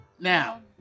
Now